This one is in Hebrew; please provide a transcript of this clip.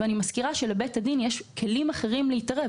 ואני מזכירה שלבית הדין יש כלים אחרים להתערב.